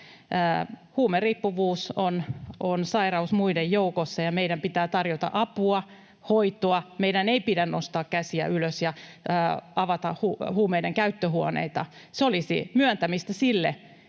Huumeriippuvuus on sairaus muiden joukossa, ja meidän pitää tarjota apua, hoitoa. Meidän ei pidä nostaa käsiä ylös ja avata huumeiden käyttöhuoneita, se olisi myöntymistä sille,